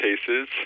cases